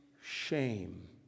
shame